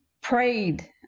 prayed